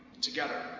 together